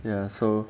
ya so